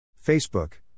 Facebook